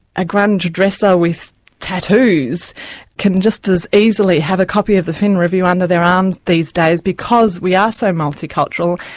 a grunge dresser with tattoos can just as easily have a copy of the fin. review under their arm um these days, because we are so multicultural,